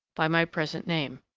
by my present name.